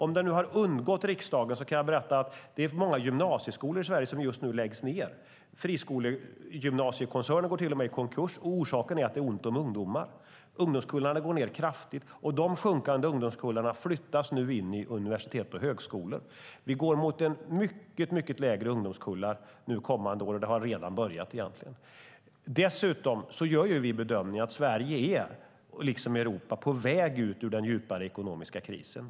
Om det nu har undgått riksdagen kan jag berätta att det just nu är många gymnasieskolor som läggs ned i Sverige. Friskolegymnasiekoncerner går till och med i konkurs, och orsaken är att det är ont om ungdomar. Ungdomskullarna går ned kraftigt, och dessa minskande ungdomskullar flyttas nu in i universitet och högskolor. Vi går mot mycket mindre ungdomskullar under kommande år, och det har redan börjat. Dessutom gör vi bedömningen att Sverige, liksom Europa, är på väg ut ur den djupare ekonomiska krisen.